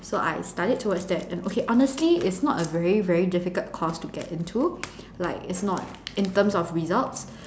so I studied towards that and okay honestly it's not a very very difficult course to get into like it's not in terms of results